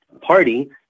party